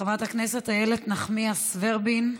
חברת הכנסת איילת נחמיאס ורבין,